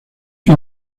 que